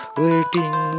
waiting